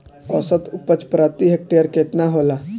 औसत उपज प्रति हेक्टेयर केतना होला?